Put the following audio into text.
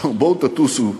בואו תטוסו,